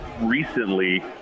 recently